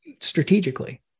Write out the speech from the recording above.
strategically